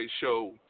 show